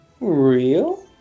real